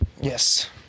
Yes